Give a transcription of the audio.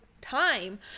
time